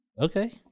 Okay